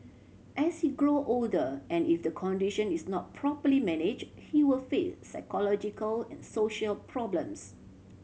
as he grow older and if the condition is not properly manage he were face psychological and social problems